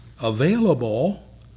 available